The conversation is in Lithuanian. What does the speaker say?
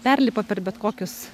perlipa per bet kokius